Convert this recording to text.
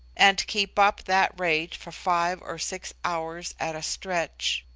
and keep up that rate for five or six hours at a stretch.